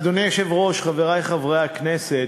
אדוני היושב-ראש, חברי חברי הכנסת,